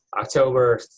October